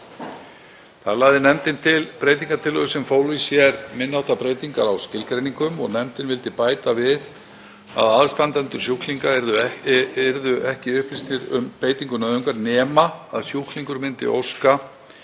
Þar lagði nefndin til breytingartillögur sem fólu í sér minni háttar breytingar á skilgreiningum og nefndin vildi bæta við að aðstandendur sjúklinga yrðu ekki upplýstir um beitingu nauðungar nema sjúklingurinn óskaði